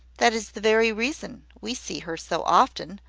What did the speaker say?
that is the very reason we see her so often,